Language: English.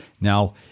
Now